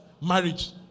marriage